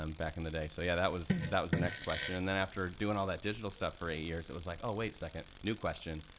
um back in the day, so yeah that was that was the next question, and then after doing all that digital stuff for a year, so it was like, oh wait a second, new question,